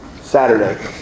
Saturday